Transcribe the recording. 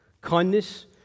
kindness